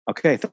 Okay